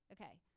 Okay